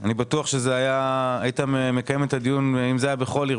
אני בטוח שהיית מקיים את הדיון אם זה היה בכל עיר,